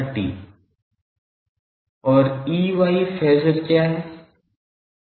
और Ey phasor क्या है